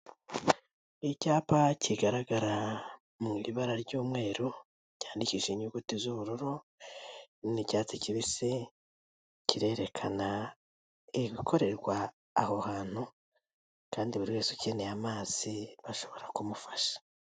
Icyapa kigaragara mu ibara ry'umweru cyandikishije inyuguti z'ubururu n'icyatsi kibisi kirerekana ibikorerwa aho hantu kandi buri wese ukeneye amazi bashobora kumufasha.